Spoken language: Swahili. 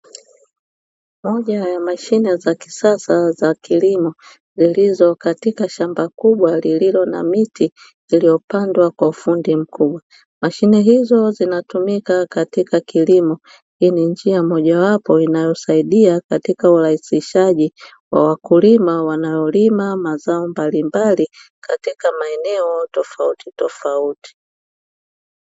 Moja ya mashine za kisasa za kilimo zilizo katika shamba kubwa lililo na miti iliyopandwa kwa ufundi mkubwa. Mashine hizo zinafumika katika kilimo, hii ni njia mojawapo inayosaidia katika urahisishaji wa wakulima wanaolima mazao mbalimbali katika maeneo tofauti tofauti.